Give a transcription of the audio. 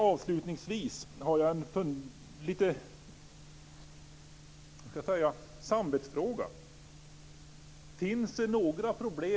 Avslutningsvis har jag en samvetsfråga.